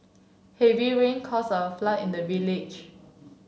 heavy rain cause a flood in the village